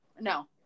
No